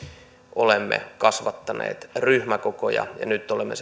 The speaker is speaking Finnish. olemme kasvattaneet ryhmäkokoja ja nyt olemme